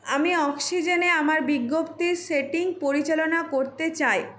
আমি অক্সিজেন এ আমার বিজ্ঞপ্তির সেটিংস পরিচালনা করতে চাই